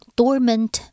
Dormant